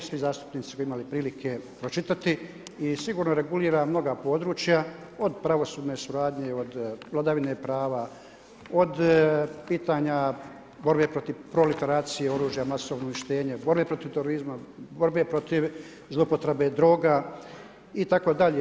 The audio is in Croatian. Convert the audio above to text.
Svi zastupnici su imali prilike pročitati i sigurno regulira mnoga područja od pravosudne suradnje, od vladavine prava, od pitanja borbe protiv proleteracije, oružja za masovno uništenje, borbe protiv terorizma, borbe protiv zloupotrebe droga itd.